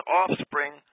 offspring